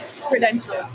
credentials